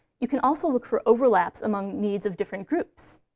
you can also look for overlaps among needs of different groups.